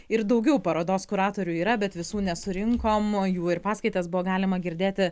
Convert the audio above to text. ir daugiau parodos kuratorių yra bet visų nesurinkom jų ir paskaitas buvo galima girdėti